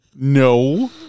no